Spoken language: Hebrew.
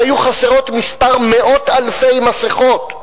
והיו חסרות כמה מאות אלפי מסכות,